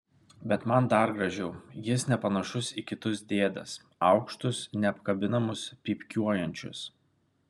bet man dar gražiau jis nepanašus į kitus dėdes aukštus neapkabinamus pypkiuojančius